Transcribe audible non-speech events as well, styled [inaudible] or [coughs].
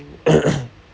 [coughs]